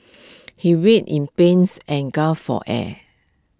he writhed in pains and gasped for air